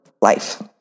life